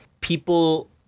people